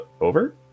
over